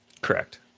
Correct